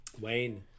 Wayne